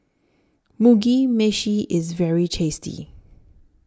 Mugi Meshi IS very tasty